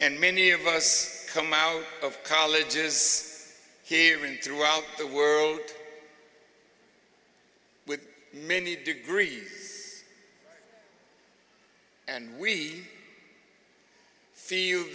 and many of us come out of colleges here and throughout the world with many degrees and we feel